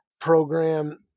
program